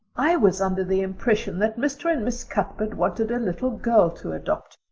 i was under the impression that mr. and miss cuthbert wanted a little girl to adopt.